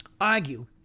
argue